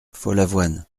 follavoine